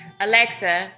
Alexa